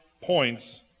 points